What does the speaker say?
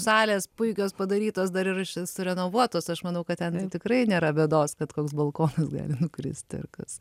salės puikios padarytos dar ir iš surenovuotos aš manau kad ten tikrai nėra bėdos kad koks balkonas gali nukristi ar kas